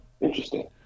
interesting